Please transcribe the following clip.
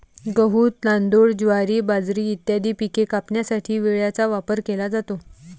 गहू, तांदूळ, ज्वारी, बाजरी इत्यादी पिके कापण्यासाठी विळ्याचा वापर केला जातो